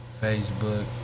Facebook